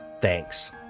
Thanks